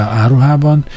áruhában